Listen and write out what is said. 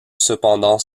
cependant